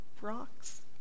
Rocks